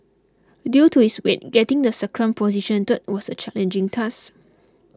due to its weight getting the sacrum positioned was a challenging task